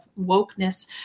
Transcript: wokeness